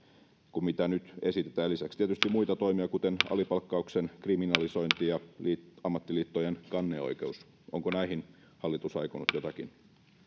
kuin mitä nyt esitetään ja lisäksi tietysti muita toimia kuten alipalkkauksen kriminalisointi ja ammattiliittojen kanneoikeus onko näille hallitus aikonut jotakin